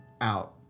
out